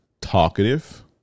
talkative